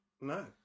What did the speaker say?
No